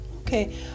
Okay